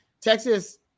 Texas